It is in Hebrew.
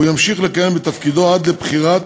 הוא ימשיך לכהן בתפקידו עד לבחירת